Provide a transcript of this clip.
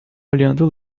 olhando